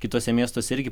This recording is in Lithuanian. kituose miestuose irgi